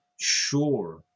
sure